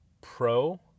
Pro